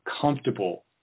comfortable